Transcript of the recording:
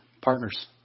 partners